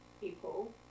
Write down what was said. people